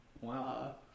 Wow